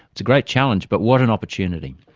it's a great challenge but what an opportunity.